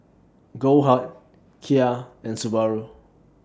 Goldheart Kia and Subaru